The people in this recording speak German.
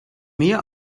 mir